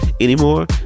anymore